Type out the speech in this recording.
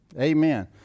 amen